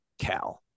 Cal